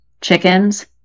Chickens